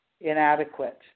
inadequate